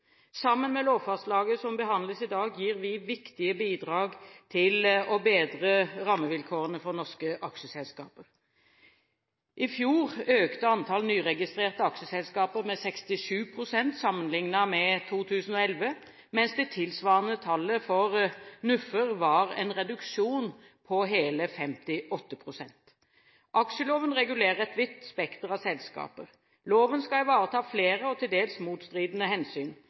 Sammen med lovforslaget som behandles i dag, gir vi viktige bidrag til å bedre rammevilkårene for norske aksjeselskaper. I fjor økte antall nyregistrerte aksjeselskaper med 67 pst. sammenlignet med 2011, mens det tilsvarende tallet for NUF-er viste en reduksjon på hele 58 pst. Aksjeloven regulerer et vidt spekter av selskaper. Loven skal ivareta flere og til dels motstridende hensyn.